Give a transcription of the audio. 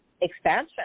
expansion